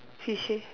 fishy